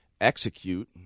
execute